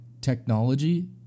technology